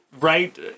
right